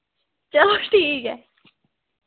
चलो ठीक ऐ